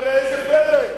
וגם, ראה זה פלא,